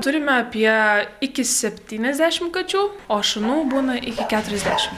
turime apie iki septyniasdešimt kačių o šunų būna iki keturiasdešimt